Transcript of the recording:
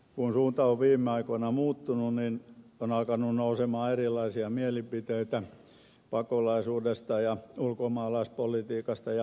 kun suunta on viime aikoina muuttunut on alkanut nousta erilaisia mielipiteitä pakolaisuudesta ja ulkomaalaispolitiikasta ja maahanmuutosta